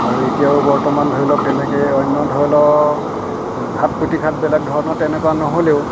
আৰু এতিয়াও বৰ্তমান ধৰি লওক তেনেকে অন্য ধৰি লওক ঘাত প্ৰতিঘাতবিলাক ধৰণৰ তেনেকুৱা নহ'লেও